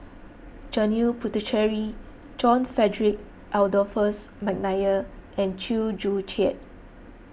Janil Puthucheary John Frederick Adolphus McNair and Chew Joo Chiat